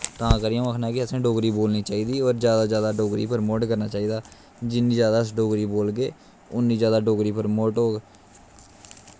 तां करियै अं'ऊ आखना कि असें गी डोगरी बोलनी चाहिदी ते जादै कोला जादै डोगरी गी प्रमोट करना चाहिदा जिन्नी जादै अस डोगरी बोलगे उन्नी जादै डोगरी प्रमोट होग